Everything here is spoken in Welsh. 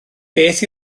beth